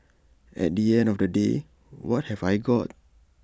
at the end of the day what have I got